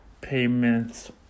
payments